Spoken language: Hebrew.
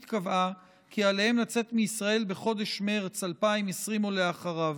קבעה כי עליהם לצאת מישראל בחודש מרץ 2020 או אחריו.